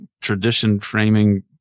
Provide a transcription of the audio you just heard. tradition-framing